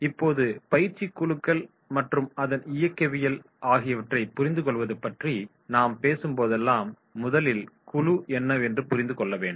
இப்போது பயிற்சி குழுக்கள் மற்றும் அதன் இயக்கவியல் ஆகியவற்றைப் புரிந்துகொள்வது பற்றி நாம் பேசும்போதெல்லாம் முதலில் குழு என்னவென்று புரிந்து கொள்ள வேண்டும்